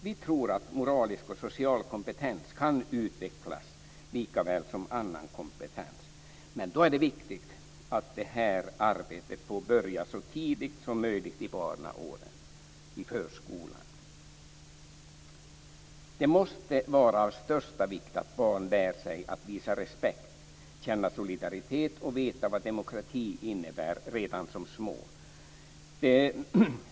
Vi tror att moralisk och social kompetens kan utvecklas likaväl som annan kompetens, men då är det viktigt att det här arbetet får börja så tidigt som möjligt i barnaåren, i förskolan. Det måste vara av största vikt att barn lär sig att visa respekt, känna solidaritet och veta vad demokrati innebär redan som små.